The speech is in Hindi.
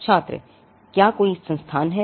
छात्र क्या कोई संस्थान है